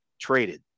traded